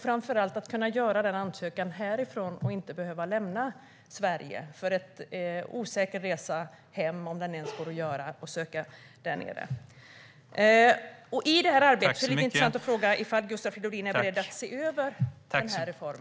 Framför allt ska det vara möjligt att göra denna ansökan härifrån så att man inte behöver lämna Sverige för en osäker resa hem, om den ens går att göra, för att göra en ansökan där. Är Gustav Fridolin i detta arbete beredd att se över denna reform?